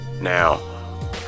Now